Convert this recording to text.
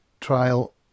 trial